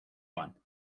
one